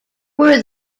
were